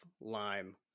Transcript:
lime